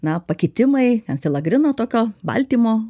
na pakitimai efilagrino tokio baltymo